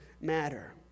matter